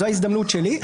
זו ההזדמנות שלי,